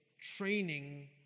training